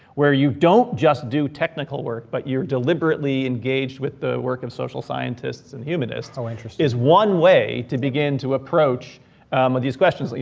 where you don't just do technical work, but you're deliberately engaged with the work of social scientists and humanists. how interesting. is one way to begin to approach these questions. but